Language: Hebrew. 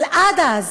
אבל עד אז,